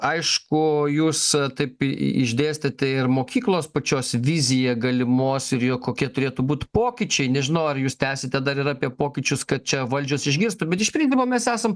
aišku jūs taip išdėstėte ir mokyklos pačios viziją galimos ir jo kokie turėtų būt pokyčiai nežinau ar jūs tęsite dar ir apie pokyčius kad čia valdžios išgirstų bet iš principo mes esam